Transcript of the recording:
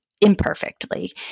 Imperfectly